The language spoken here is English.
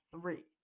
three